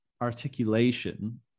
articulation